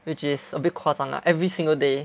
which is a bit 夸张 lah every single day